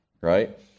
right